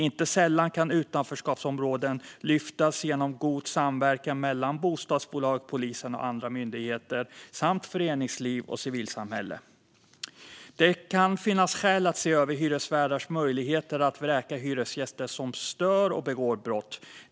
Inte sällan kan utanförskapsområden lyftas genom god samverkan mellan bostadsbolag, polisen och andra myndigheter samt föreningsliv och civilsamhälle. Det kan finnas skäl att se över hyresvärdars möjligheter att vräka hyresgäster som stör och begår brott.